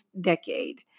decade